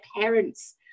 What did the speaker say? parents